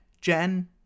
Jen